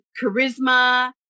charisma